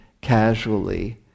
casually